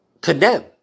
condemn